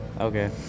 Okay